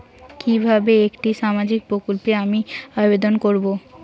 কিভাবে একটি সামাজিক প্রকল্পে আমি আবেদন করব?